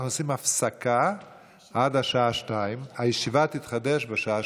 אנחנו עושים הפסקה עד השעה 02:00. הישיבה תתחדש בשעה